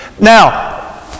Now